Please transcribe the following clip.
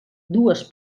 dues